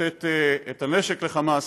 לתת את הנשק לחמאס.